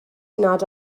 nad